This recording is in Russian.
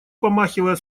помахивая